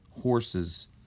horses